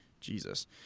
Jesus